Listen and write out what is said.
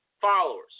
followers